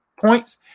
points